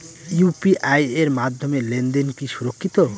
UPI এর মাধ্যমে লেনদেন কি সুরক্ষিত?